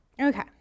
Okay